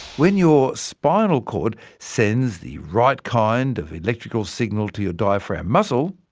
when your spinal cord sends the right kind of electrical signal to your diaphragm muscle,